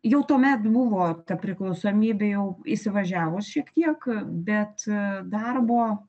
jau tuomet buvo ta priklausomybė jau įsivažiavus šiek tiek bet darbo